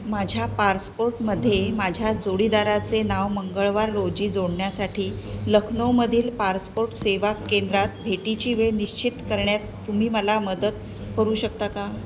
माझ्या पार्सपोर्टमध्ये माझ्या जोडीदाराचे नाव मंगळवार रोजी जोडण्यासाठी लखनऊमधील पार्सपोर्ट सेवा केंद्रात भेटीची वेळ निश्चित करण्यात तुम्ही मला मदत करू शकता का